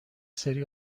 سری